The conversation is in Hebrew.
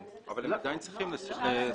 מאפשרים.